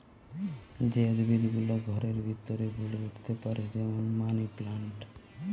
যে উদ্ভিদ গুলা ঘরের ভিতরে বেড়ে উঠতে পারে যেমন মানি প্লান্ট